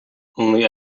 only